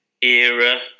era